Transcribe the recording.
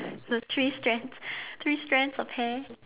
so three strands three strands of hair